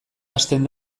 hasten